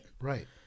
right